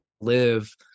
live